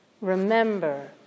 remember